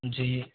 जी